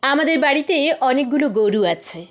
আমাদের বাড়িতে অনেকগুলো গরু আছে